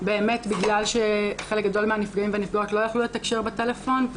באמת בגלל שחלק גדול מהנפגעים והנפגעות לא יכלו לתקשר בטלפון,